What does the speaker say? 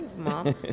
mom